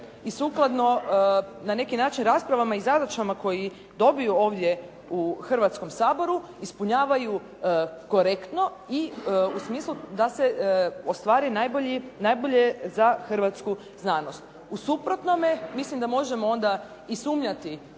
i sukladno na neki način raspravama i zadaćama koje dobiju ovdje u Hrvatskom saboru ispunjavaju korektno i u smislu da se ostvari najbolje za hrvatsku znanost. U suprotnome mislim da možemo onda i sumnjati